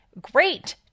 great